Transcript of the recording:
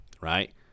right